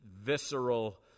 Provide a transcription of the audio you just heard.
visceral